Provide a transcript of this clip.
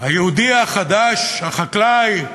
היהודי החדש, החקלאי,